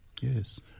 Yes